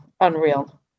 unreal